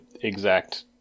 exact